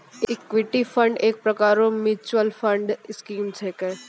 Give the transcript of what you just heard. equity fund एक प्रकार रो मिच्युअल फंड स्कीम छिकै